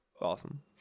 Awesome